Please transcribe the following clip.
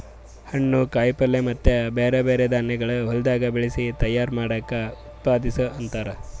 ಹಣ್ಣು, ಕಾಯಿ ಪಲ್ಯ ಮತ್ತ ಬ್ಯಾರೆ ಬ್ಯಾರೆ ಧಾನ್ಯಗೊಳ್ ಹೊಲದಾಗ್ ಬೆಳಸಿ ತೈಯಾರ್ ಮಾಡ್ದಕ್ ಉತ್ಪಾದಿಸು ಅಂತಾರ್